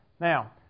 Now